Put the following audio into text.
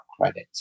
credit